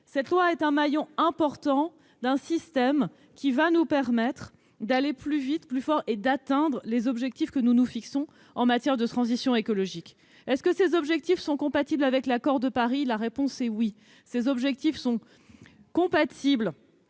c'est un maillon d'un système qui va nous permettre d'aller plus vite, plus fort et d'atteindre les objectifs que nous nous fixons en matière de transition écologique. Ces objectifs sont-ils compatibles avec l'accord de Paris ? La réponse est oui ! Ils sont compatibles